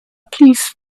please